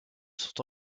sont